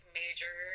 major